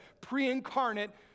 pre-incarnate